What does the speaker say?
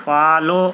follow